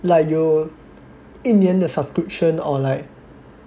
like 有一年的 subscription or like